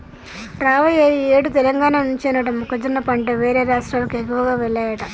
రావయ్య ఈ ఏడు తెలంగాణ నుంచేనట మొక్కజొన్న పంట వేరే రాష్ట్రాలకు ఎక్కువగా వెల్లాయట